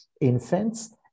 infants